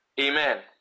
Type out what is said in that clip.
Amen